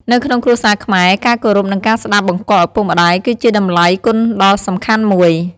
នៅក្នុងគ្រួសារខ្មែរ ការគោរព និងការស្តាប់បង្គាប់ឪពុកម្ដាយគឺជាតម្លៃគុណដ៏សំខាន់មួយ។